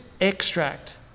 extract